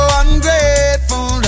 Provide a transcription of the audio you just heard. ungrateful